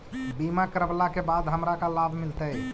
बीमा करवला के बाद हमरा का लाभ मिलतै?